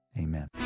amen